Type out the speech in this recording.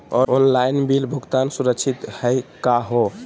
Online bill भुगतान सुरक्षित हई का हो?